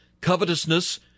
covetousness